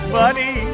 money